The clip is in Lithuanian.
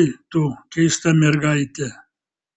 oi tu keista mergaite